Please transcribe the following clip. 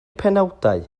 penawdau